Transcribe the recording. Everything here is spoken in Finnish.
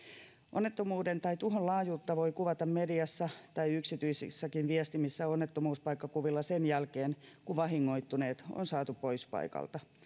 onnettomuuden tai tuhon laajuutta voi kuvata mediassa tai yksityisissäkin viestimissä onnettomuuspaikkakuvilla sen jälkeen kun vahingoittuneet on saatu pois paikalta